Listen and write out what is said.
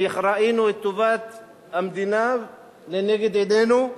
כי ראינו את טובת המדינה לנגד עינינו,